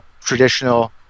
traditional